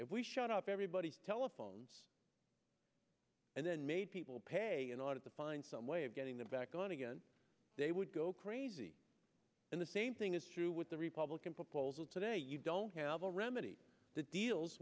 if we shut up everybody's telephones and then made people pay in order to find some way of getting them back on again they would go crazy and the same thing is true with the republican proposal today you don't have a remedy that deals